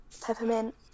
Peppermint